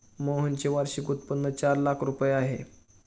मोहनचे वार्षिक उत्पन्न चार लाख रुपये आहे